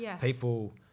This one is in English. People